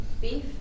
beef